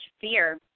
fear